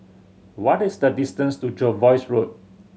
what is the distance to Jervois Road